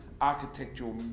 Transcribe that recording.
architectural